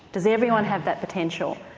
does everyone had that potential?